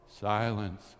Silence